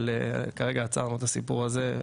אבל כרגע עצרנו את הסיפור הזה.